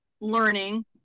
Learning